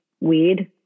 weed